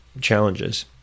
challenges